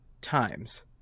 times